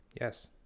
Yes